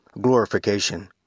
glorification